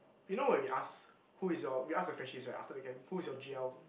you know when we ask who is your we ask the Freshies right after the camp who is your g_l